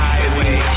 Highway